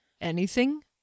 Anything